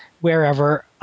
wherever